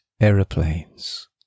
Aeroplanes